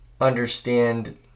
understand